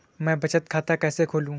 मैं बचत खाता कैसे खोलूं?